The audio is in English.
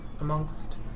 amongst